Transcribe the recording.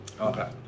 Okay